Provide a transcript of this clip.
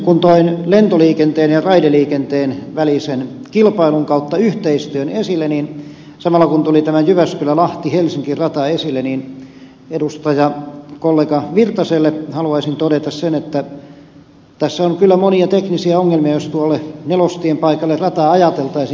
kun toin lentoliikenteen ja raideliikenteen välisen kilpailun tai yhteistyön esille niin samalla kun tuli tämä jyväskylälahtihelsinki rata esille edustajakollega virtaselle haluaisin todeta sen että tässä on kyllä monia teknisiä ongelmia jos tuolle nelostien paikalle rataa ajateltaisiin